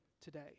today